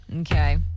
Okay